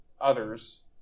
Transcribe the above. others